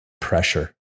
pressure